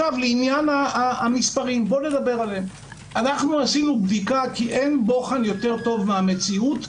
לעניין המספרים אנחנו עשינו בדיקה כי אין בוחן יותר טוב מהמציאות,